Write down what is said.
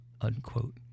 Unquote